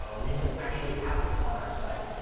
ah we don't actually have it on our site.